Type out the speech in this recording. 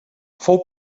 fou